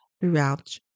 throughout